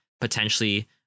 potentially